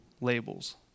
labels